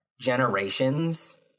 generations